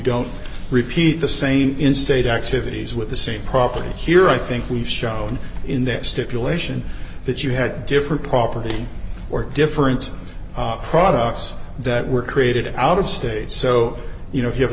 don't repeat the same in state activities with the same property here i think we've shown in that stipulation that you had different property or different products that were created out of state so you know if you have a